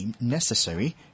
necessary